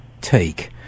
take